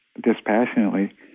dispassionately